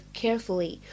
carefully，